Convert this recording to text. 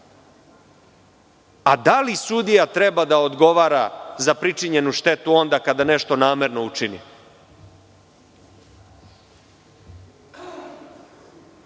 Da li sudija treba da odgovara za pričinjenu štetu onda kada nešto namerno učini?